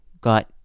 got